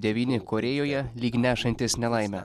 devyni korėjoje lyg nešantis nelaimę